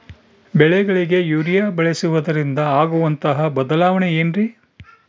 ಬೆಳೆಗಳಿಗೆ ಯೂರಿಯಾ ಬಳಸುವುದರಿಂದ ಆಗುವಂತಹ ಬದಲಾವಣೆ ಏನ್ರಿ?